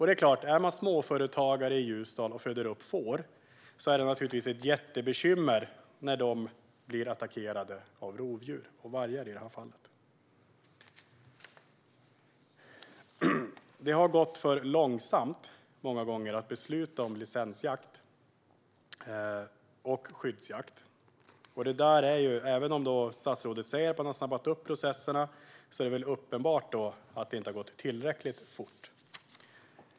Det är ett jättebekymmer för småföretagare i Ljusdal som föder upp får när dessa blir attackerade av rovdjur, i det här fallet vargar. Det har många gånger gått för långsamt att besluta om licensjakt och skyddsjakt. Även om statsrådet säger att man har snabbat upp processerna har det uppenbarligen inte gått tillräckligt fort.